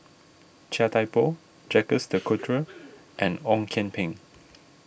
Chia Thye Poh Jacques De Coutre and Ong Kian Peng